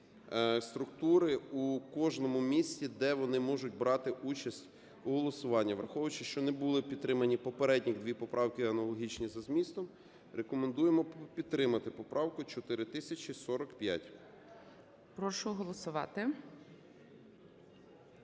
структури у кожному місті, де вони можуть брати участь у голосуванні. Враховуючи, що не були підтримані попередні дві поправки аналогічні за змістом, рекомендуємо підтримати поправку 4045. ГОЛОВУЮЧИЙ. Прошу голосувати.